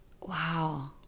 Wow